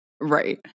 Right